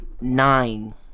Nine